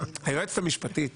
היועצת המשפטית